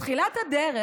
בתחילת הדרך,